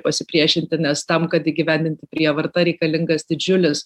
pasipriešinti nes tam kad įgyvendinti prievartą reikalingas didžiulis